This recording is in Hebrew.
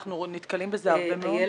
אנחנו נתקלים בזה הרבה.